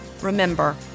Remember